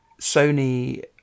sony